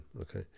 okay